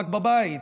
רק בבית.